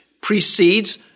precedes